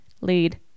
lead